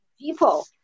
people